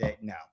no